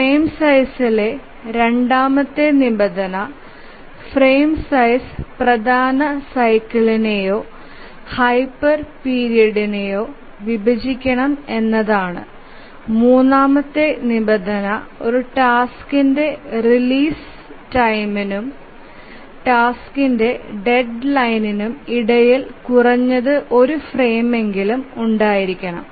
frame സൈസ്സ്ലെ രണ്ടാമത്തെ നിബന്ധന ഫ്രെയിം സൈസ് പ്രധാന സൈക്കിളിനെയോ ഹൈപ്പർ പിരീഡിനെയോ വിഭജിക്കണം എന്നത് ആണ് മൂന്നാമത്തെ നിബന്ധന ഒരു ടാസ്ക്കിന്റെ റിലീസ് ടൈംനും ടാസ്ക്കിന്റെ ഡെഡ്ലൈനിനും ഇടയിൽ കുറഞ്ഞത് ഒരു ഫ്രെയിമെങ്കിലും ഉണ്ടായിരിക്കണം